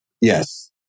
Yes